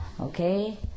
Okay